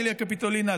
איליה קפיטולינה,